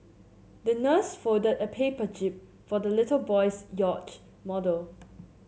the nurse folded a paper jib for the little boy's yacht model